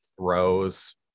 throws